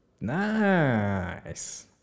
Nice